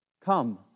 Come